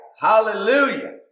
Hallelujah